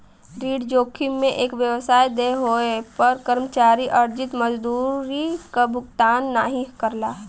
ऋण जोखिम में एक व्यवसाय देय होये पर कर्मचारी अर्जित मजदूरी क भुगतान नाहीं करला